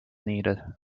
needed